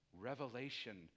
revelation